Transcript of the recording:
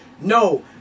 No